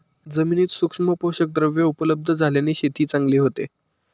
जमिनीत सूक्ष्म पोषकद्रव्ये उपलब्ध झाल्याने शेती चांगली होते